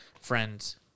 friends